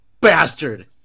bastard